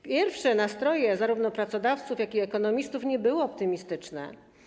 Pierwsze nastroje zarówno pracodawców, jak i ekonomistów nie były optymistyczne.